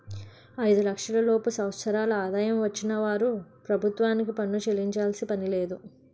ఐదు లక్షల లోపు సంవత్సరాల ఆదాయం వచ్చిన వారు ప్రభుత్వానికి పన్ను చెల్లించాల్సిన పనిలేదు